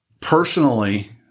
Personally